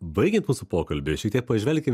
baigiant mūsų pokalbį šiek tiek pažvelkim